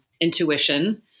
intuition